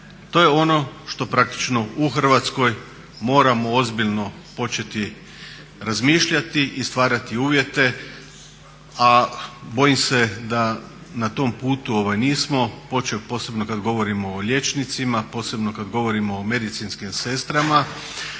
To je ono što praktično u Hrvatskoj moramo ozbiljno početi razmišljati i stvarati uvjete a bojim se da na tom putu nismo, posebno kada govorimo o liječnicima, posebno kada govorimo o medicinskim sestrama.